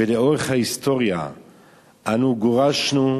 ולאורך ההיסטוריה אנו גורשנו,